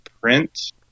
print